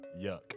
Yuck